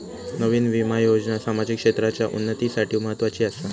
नयीन विमा योजना सामाजिक क्षेत्राच्या उन्नतीसाठी म्हत्वाची आसा